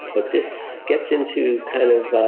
but this gets into kind of